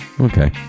Okay